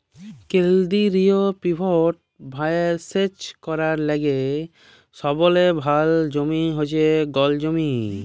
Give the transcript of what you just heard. কেলদিরিয় পিভট ভাঁয়রে সেচ ক্যরার লাইগে সবলে ভাল জমি হছে গল জমি